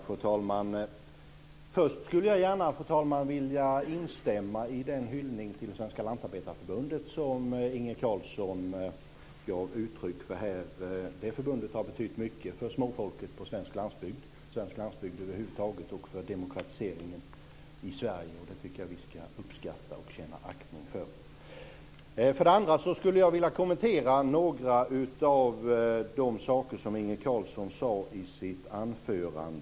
Fru talman! Först skulle jag gärna vilja instämma i den hyllning till Svenska lantarbetarförbundet som Inge Carlsson gav uttryck för här. Det förbundet har betytt mycket för småfolket på svensk landsbygd, svensk landsbygd över huvud taget och för demokratiseringen i Sverige, och det tycker jag vi ska uppskatta och känna aktning för. Jag skulle också vilja kommentera några av de saker som Inge Carlsson sade i sitt anförande.